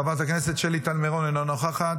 חברת הכנסת שלי טל מירון, אינה נוכחת,